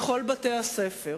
בכל בתי-הספר,